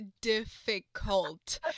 difficult